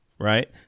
right